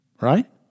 Right